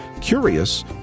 Curious